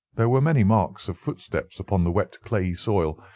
there were many marks of footsteps upon the wet clayey soil,